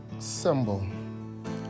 Symbol